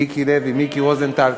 מיקי לוי ומיקי רוזנטל,